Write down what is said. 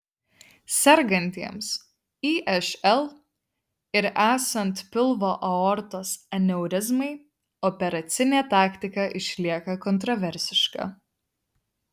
sergantiems išl ir esant pilvo aortos aneurizmai operacinė taktika išlieka kontraversiška